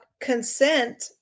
consent